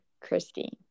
Christine